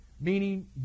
meaning